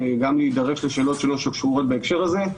גם להידרש לשאלות קשורות בהקשר הזה,